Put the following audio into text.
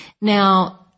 Now